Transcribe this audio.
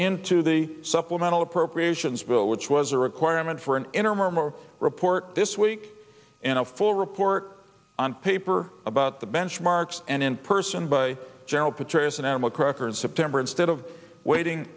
into the supplemental appropriations bill which was a requirement for an interim or more report this week and a full report on paper about the benchmarks and in person by general petraeus and animal crackers september instead of waiting